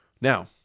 Now